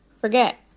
forget